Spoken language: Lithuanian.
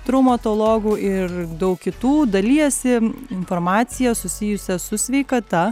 traumatologų ir daug kitų dalijasi informacija susijusia su sveikata